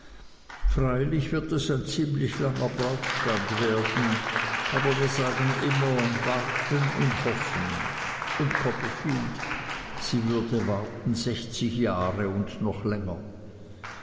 freilich wird es ein ziemlich langer brautstand werden aber wir sagen immer warten und hoffen und copperfield sie würde warten sechzig jahre und noch länger